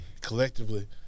collectively